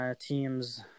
Teams